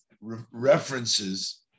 references